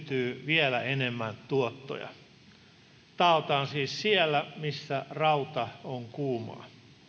vielä enemmän tuottoja taotaan siis siellä missä rauta on kuumaa